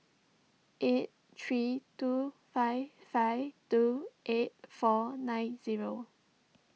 eight three two five five two eight four nine zero